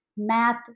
Math